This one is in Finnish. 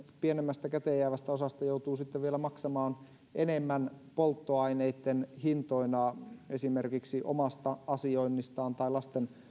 pienemmästä käteen jäävästä osasta joutuu vielä maksamaan enemmän polttoaineitten hintoina esimerkiksi omasta asioinnistaan tai vaikkapa lasten